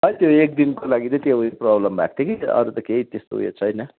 खै त्यो एक दिनको लागि त्यही त्यो यो प्रब्लम भएको थियो कि अरू केही त्यस्तो उयो छैन